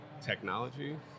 technology